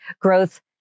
growth